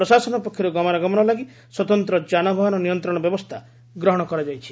ପ୍ରଶାସନ ପକ୍ଷରୁ ଗମନାଗମନ ଲାଗି ସ୍ୱତନ୍ତ ଯାନବାହାନ ନିୟନ୍ତଣ ବ୍ୟବସ୍ରା ଗ୍ରହଣ କରାଯାଇଛି